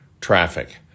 traffic